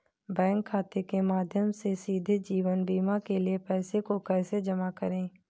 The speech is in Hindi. बैंक खाते के माध्यम से सीधे जीवन बीमा के लिए पैसे को कैसे जमा करें?